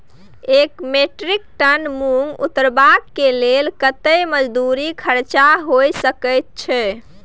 एक metric ton मूंग उतरबा के लेल कतेक मजदूरी खर्च होय सकेत छै?